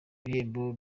ibihembo